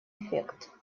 эффект